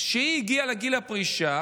כשהיא הגיעה לגיל הפרישה